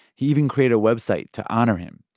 he even created a website to honor him.